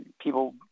people